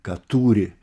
ką turi